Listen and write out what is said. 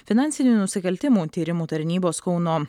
finansinių nusikaltimų tyrimų tarnybos kauno